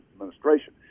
administration